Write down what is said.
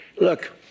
Look